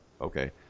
okay